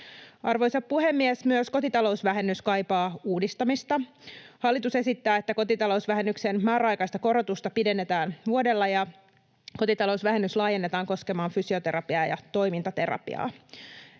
Arvoisa puhemies! Myös kotitalousvähennys kaipaa uudistamista. Hallitus esittää, että kotitalousvähennyksen määräaikaista korotusta pidennetään vuodella ja kotitalousvähennys laajennetaan koskemaan fysioterapiaa ja toimintaterapiaa.